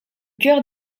chœur